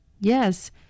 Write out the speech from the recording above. Yes